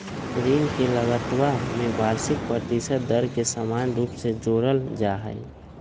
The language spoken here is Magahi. ऋण के लगतवा में वार्षिक प्रतिशत दर के समान रूप से जोडल जाहई